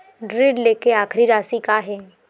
ऋण लेके आखिरी राशि का हे?